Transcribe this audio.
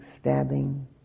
stabbing